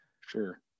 Sure